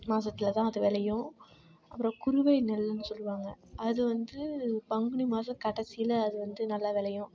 மாசத்தில் தான் அது விளையும் அப்புறம் குருவை நெல்லுனு சொல்லுவாங்கள் அது வந்து பங்குனி மாசம் கடசியில் அது வந்து நல்லா விளையும்